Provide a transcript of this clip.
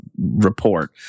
report